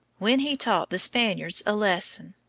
when he taught the spaniards a lesson.